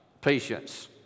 patience